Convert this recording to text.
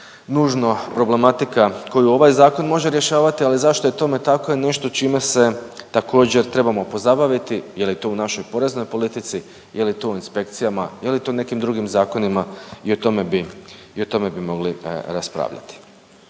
problematika koju ovaj zakon može rješavati, ali zašto je tome tako je nešto čime se također trebamo pozabaviti je li je to u našoj poreznoj politici, je li je to u inspekcijama, je li to u nekim drugim zakonima i o tome bi, i o tome bi mogli raspravljati.